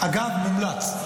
אגב, מומלץ.